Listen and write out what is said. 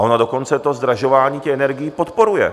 A ona dokonce to zdražování energií podporuje.